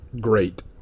Great